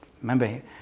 remember